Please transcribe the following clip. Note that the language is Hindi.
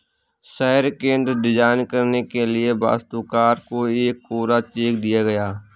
शहर केंद्र डिजाइन करने के लिए वास्तुकार को एक कोरा चेक दिया गया